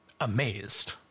amazed